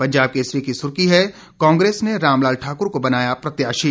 पंजाब केसरी की सुर्खी है कांग्रेस ने रामलाल ठाकुर को बनाया प्रत्याशी